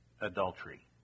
adultery